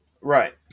Right